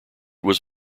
was